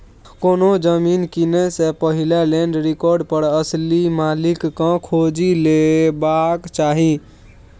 कोनो जमीन कीनय सँ पहिने लैंड रिकार्ड पर असली मालिक केँ खोजि लेबाक चाही